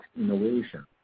innovation